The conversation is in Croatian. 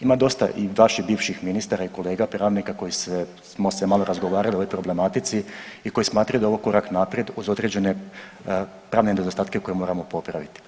Ima dosta i vaših bivših ministara i kolega pravnika koji smo se malo razgovarali o ovoj problematici i koji smatraju da je ovo korak naprijed uz određene pravne nedostatke koje moramo popraviti.